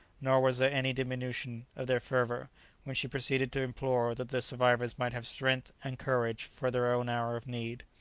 nor was there any diminution of their fervour when she proceeded to implore that the survivors might have strength and courage for their own hour of need.